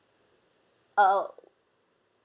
uh